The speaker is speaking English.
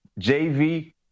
jv